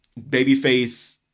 Babyface